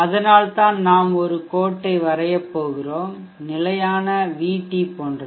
அதனால்தான் நாம் ஒரு கோட்டை வரையப் போகிறோம் நிலையான VT போன்றது